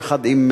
יחד עם